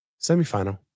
semifinal